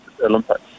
Olympics